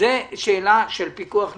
זה שאלה של פיקוח נפש,